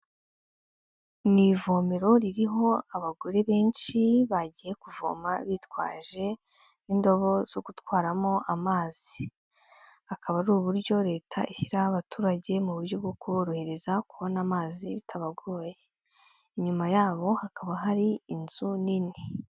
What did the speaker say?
Mu ivomero ririho abagore benshi bagiye kuvoma bitwaje indobo zo gutwaramo amazi, akaba ari uburyo Leta ishyiriraho abaturage mu buryo bwo kurohereza kubona amazi bitabagoye, inyuma yabo hakaba hari inzu nini.